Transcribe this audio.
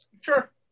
Sure